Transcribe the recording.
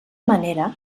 manera